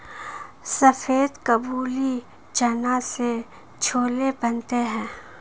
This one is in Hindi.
सफेद काबुली चना से छोले बनते हैं